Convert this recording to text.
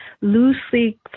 loosely